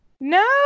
no